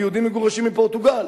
היהודים מגורשים מפורטוגל.